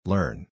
Learn